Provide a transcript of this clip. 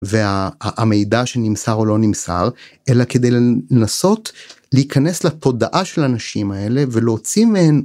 והמידע שנמסר או לא נמסר, אלא כדי לנסות להיכנס לתודעה של הנשים האלה ולהוציא מהן.